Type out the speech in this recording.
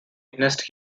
nest